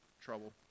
trouble